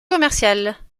commerciales